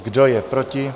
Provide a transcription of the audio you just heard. Kdo je proti?